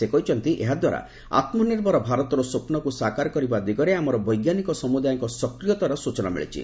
ସେ କହିଛନ୍ତି ଏହାଦ୍ୱାରା ଆତ୍କନିର୍ଭର ଭାରତର ସ୍ୱପ୍ନକୁ ସାକାର କରିବା ଦିଗରେ ଆମର ବୈଜ୍ଞାନିକ ସମୁଦାୟଙ୍କ ସକ୍ରିୟତାର ସୂଚନା ମିଳିଛି